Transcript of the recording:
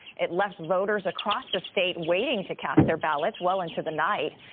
it left voters across the state waiting to cast their ballots. well into the night.